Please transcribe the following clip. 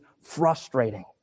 frustrating